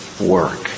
work